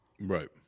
Right